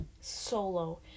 solo